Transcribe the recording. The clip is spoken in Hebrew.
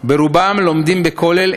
הגברים ברובם לומדים בכולל,